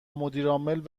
مدیرعامل